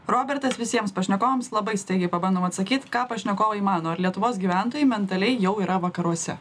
robertas visiems pašnekovams labai staigiai pabandom atsakyt ką pašnekovai mano ar lietuvos gyventojai mentaliai jau yra vakaruose